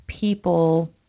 people